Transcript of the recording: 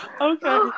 okay